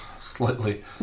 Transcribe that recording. slightly